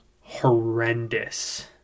horrendous